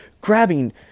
grabbing